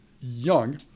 young